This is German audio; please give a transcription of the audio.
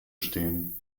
stehen